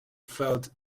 felt